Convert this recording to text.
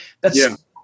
That's-